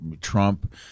Trump